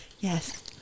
Yes